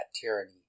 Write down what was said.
tyranny